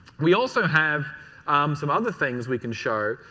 we also have some other things we can show.